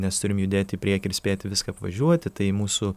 nes turim judėti į priekį ir spėti viską apvažiuoti tai mūsų